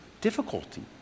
difficulty